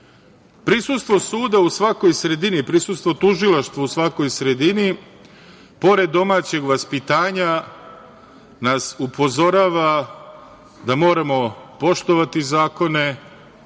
države. Prisustvo suda u svakoj sredini, prisustvo tužilaštva u svakoj sredini, pored domaćeg vaspitanja, nas upozorava da moramo poštovati zakone,